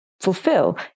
fulfill